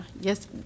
Yes